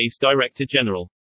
Director-General